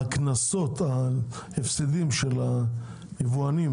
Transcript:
אמרו שהקנסות וההפסדים של היבואנים